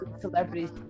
celebrities